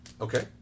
Okay